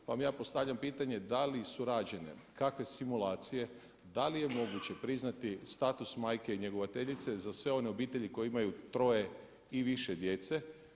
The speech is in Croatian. Pa vam ja postavljam pitanje da li su rađene kakve simulacije, da li je moguće priznati status majke njegovateljice za sve one obitelji koje imaju 3 i više djece?